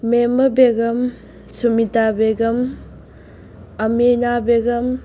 Memma Begum Sumita Begum Amina Begum